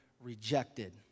rejected